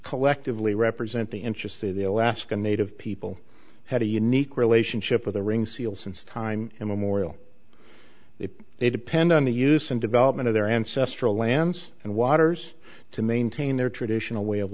collectively represent the interests of the alaska native people had a unique relationship with a ring sealed since time immemorial they depend on the use and development of their ancestral lands and waters to maintain their traditional way of